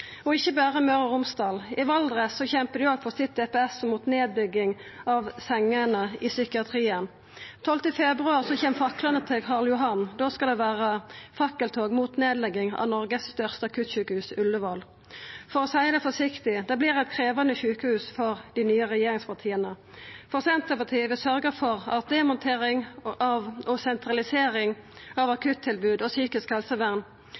Og ikkje berre i Møre og Romsdal; i Valdres kjempar dei òg for sitt DPS og mot nedbygging av sengene i psykiatrien. Den 12. februar kjem faklane til Karl Johan. Da skal det vera fakkeltog mot nedlegging av Noregs største akuttsjukehus, Ullevål. For å seia det forsiktig: Det vert eit krevjande sjukehus for dei nye regjeringspartia. Senterpartiet vil sørgja for at demontering og sentralisering av akuttilbod og psykisk helsevern